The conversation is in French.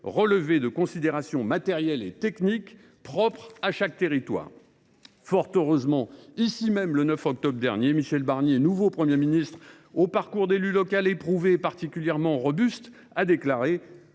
relever de considérations matérielles et techniques propres à chaque territoire. Fort heureusement, ici même, le 9 octobre dernier, Michel Barnier, nouveau Premier ministre au parcours d’élu local éprouvé et particulièrement robuste, a déclaré